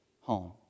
home